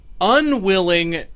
unwilling